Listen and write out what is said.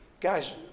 Guys